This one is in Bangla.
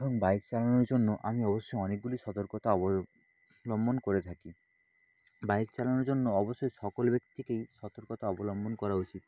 এবং বাইক চালানোর জন্য আমি অবশ্যই অনেকগুলি সতর্কতা অবলম্বন করে থাকি বাইক চালানোর জন্য অবশ্যই সকল ব্যাক্তিকেই সতর্কতা অবলম্বন করা উচিত